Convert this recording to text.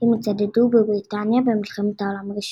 אם יצדדו בבריטניה במלחמת העולם הראשונה.